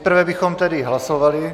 Nejprve bychom tedy hlasovali.